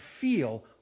feel